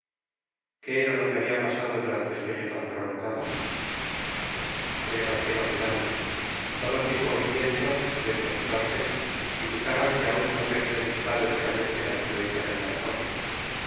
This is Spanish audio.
qué era lo que habia pasado durante sueño tan prolongado me tevanté vacilante todos mis movimientos lentos y torpes indicaban que aun no se habia disipado enteramente la influencia del narcótico